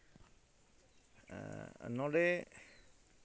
ᱱᱚᱸᱰᱮ